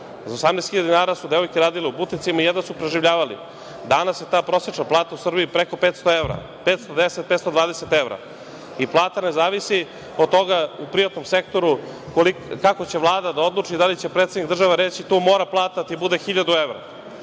18.000 dinara su devojke radile u buticima i jedva su preživljavali. Danas je ta prosečna plata u Srbiji preko 500 evra, 510, 520 evra. Plata ne zavisi od toga u privatnom sektoru kako će Vlada da odluči, da li će predsednik države reći tu mora plata da ti bude 1.000 evra.